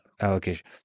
Allocation